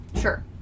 Sure